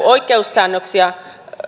oikeussäännöksiä